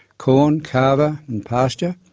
corn, kava and pasture.